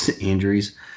injuries